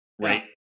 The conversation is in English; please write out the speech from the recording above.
right